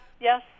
yes